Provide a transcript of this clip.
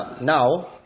now